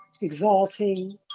exalting